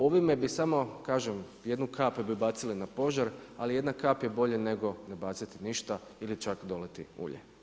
Ovime bi samo, kažem jednu kap bi bacili na požar, ali jedna kap je bolja nego ne baciti ništa ili čak doliti ulje.